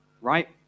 right